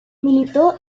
militó